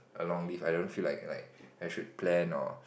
a long leave I don't feel like like I should plan or